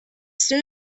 soon